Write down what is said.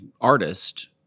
artist